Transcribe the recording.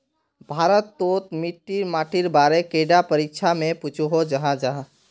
भारत तोत मिट्टी माटिर बारे कैडा परीक्षा में पुछोहो जाहा जाहा?